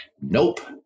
nope